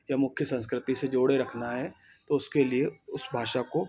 या मुख्य संस्कृति से जोड़े रखना है तो उसके लिए उस भाषा को